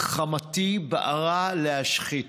וחמתי בערה להשחית.